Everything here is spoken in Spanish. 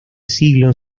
siglo